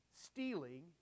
stealing